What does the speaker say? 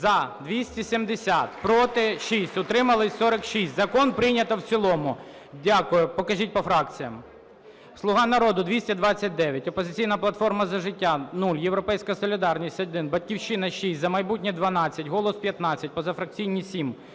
За-270 Проти – 6, утримались – 46. Закон прийнято в цілому. Дякую. Покажіть по фракціям: "Слуга народу" - 229, "Опозиційна платформа - За життя" – 0, "Європейська солідарність" 1, "Батьківщина" – 6, "За майбутнє" – 12, "Голос" – 15, позафракційні – 7.